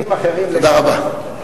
תודה רבה.